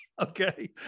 Okay